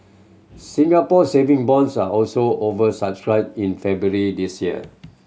Singapore Saving Bonds are also over subscribed in February this year